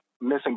missing